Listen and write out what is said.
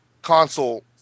console